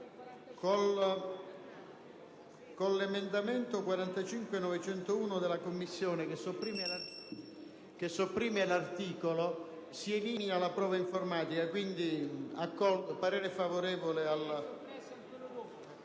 con l'emendamento 45.901 della Commissione, che sopprime l'articolo 45, si elimina la prova informatica. Quindi, esprimo parere favorevole